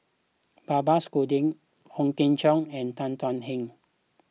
Babes Conde Ooi Kok Chuen and Tan Thuan Heng